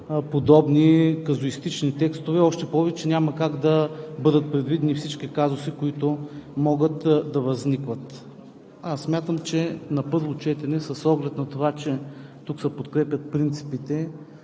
подобни казуистични текстове. Още повече няма как да бъдат предвидени всички казуси, които могат да възникват. Смятам, че на първо четене с оглед на това, че тук се подкрепят принципите